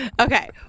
Okay